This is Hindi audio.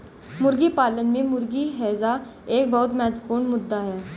मुर्गी पालन में मुर्गी हैजा एक बहुत महत्वपूर्ण मुद्दा है